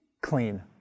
clean